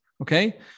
Okay